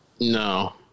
No